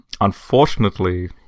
unfortunately